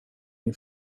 min